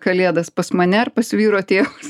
kalėdas pas mane ar pas vyro tėvus